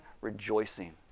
rejoicing